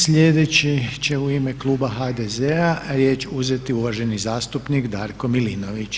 Slijedeći će u ime kluba HDZ-a riječ uzeti uvaženi zastupnik Darko Milinović.